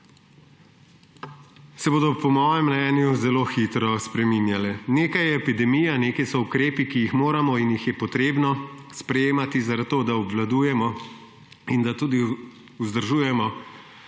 se bodo po mojem mnenju zelo hitro spreminjale. Nekaj je epidemija, nekaj so ukrepi, ki jih moramo in jih je potrebno sprejemati, zato da obvladujemo in da tudi vzdržujemo